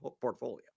portfolio